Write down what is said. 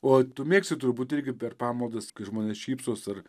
o tu mėgsti turbūt irgi per pamaldas kai žmonės šypsos ar